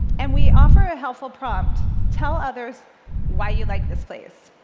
and we offer a helpful prompt tell others why you like this place.